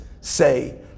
say